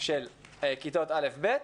של כיתות א-ב,